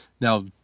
Now